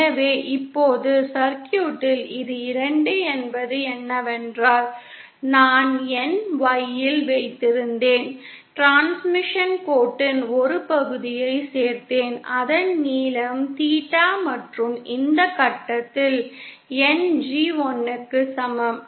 எனவே இப்போது சர்க்யூட்டில் இது 2 என்பது என்னவென்றால் நான் என் YLல் வைத்திருந்தேன் டிரான்ஸ்மிஷன் கோட்டின் ஒரு பகுதியை சேர்த்தேன் அதன் நீளம் தீட்டா மற்றும் இந்த கட்டத்தில் என் G 1 க்கு சமம்